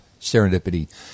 serendipity